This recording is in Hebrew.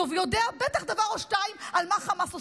הוא יודע בטח דבר או שניים על מה שהחמאס עושה.